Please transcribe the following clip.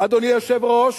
אדוני היושב-ראש,